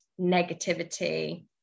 negativity